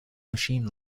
machine